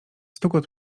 stukot